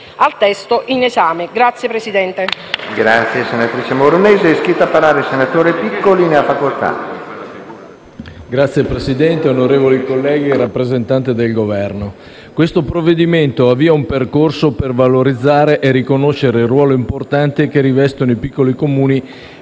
Signor Presidente, onorevoli colleghi, rappresentanti del Governo, il provvedimento in esame avvia un percorso per valorizzare e riconoscere il ruolo importante che rivestono i piccoli Comuni